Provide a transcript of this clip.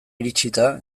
iritsita